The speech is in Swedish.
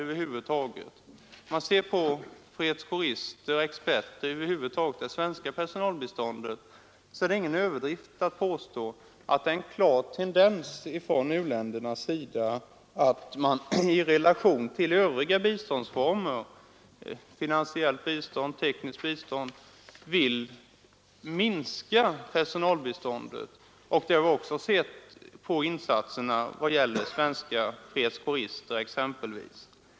När man ser hur det är för fredskårister och experter i det svenska personalbiståndet, är det ingen överdrift att påstå att det finns en klar tendens från u-ländernas sida att vilja minska personalbiståndet i relation till övriga biståndsformer, t.ex. finansiellt och tekniskt bistånd. Vi har också sett detta när det gäller insatserna för exempelvis svenska fredskårister.